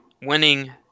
winning